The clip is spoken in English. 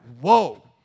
Whoa